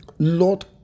Lord